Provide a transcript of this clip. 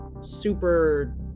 super